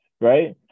right